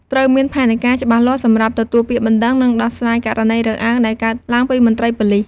ត្រូវមានផែនការច្បាស់លាស់សម្រាប់ទទួលពាក្យបណ្តឹង និងដោះស្រាយករណីរើសអើងដែលកើតឡើងពីមន្ត្រីប៉ូលិស។